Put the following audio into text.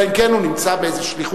אלא אם כן הוא נמצא באיזו שליחות,